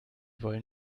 wollen